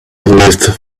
lived